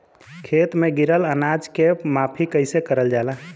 खेत में गिरल अनाज के माफ़ी कईसे करल जाला?